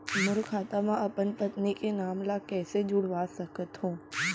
मोर खाता म अपन पत्नी के नाम ल कैसे जुड़वा सकत हो?